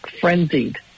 frenzied